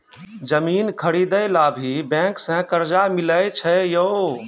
जमीन खरीदे ला भी बैंक से कर्जा मिले छै यो?